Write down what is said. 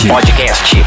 Podcast